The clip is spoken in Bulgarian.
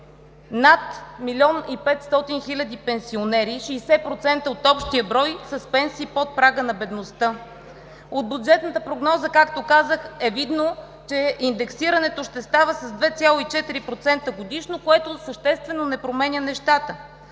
Над 1 млн. 500 хил. пенсионери, 60% от общия брой, са с пенсии под прага на бедността. От бюджетната прогноза, както казах, е видно, че индексирането ще става с 2,4% годишно, което съществено не променя нещата.